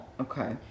Okay